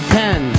ten